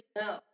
no